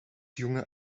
junge